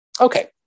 Okay